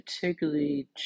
particularly